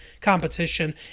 competition